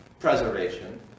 preservation